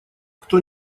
кто